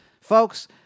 Folks